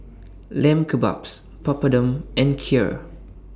Lamb Kebabs Papadum and Kheer